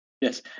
Yes